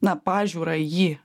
na pažiūrą į jį